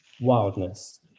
wildness